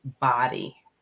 body